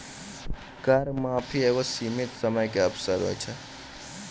कर माफी एगो सीमित समय के अवसर होय छै